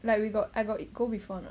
like we got I got go before or not